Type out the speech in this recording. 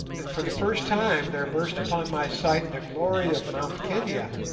and for the first time there burst upon my sight the glory of mount kenia.